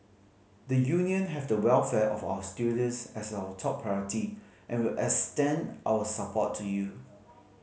the Union have the welfare of our students as our top priority and will extend our support to you